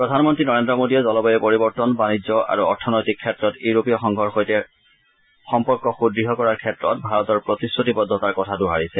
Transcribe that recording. প্ৰধানমন্ত্ৰী নৰেন্দ্ৰ মোদীয়ে জলবায়ু পৰিৱৰ্তন বাণিজ্য আৰু অৰ্থনৈতিক ক্ষেত্ৰত ইউৰোপীয় সংঘৰ সৈতে সম্পৰ্ক সুদঢ় কৰাৰ ক্ষেত্ৰত ভাৰতৰ প্ৰতিশ্ৰুতিবদ্ধতাৰ কথা দোহাৰিছে